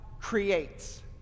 creates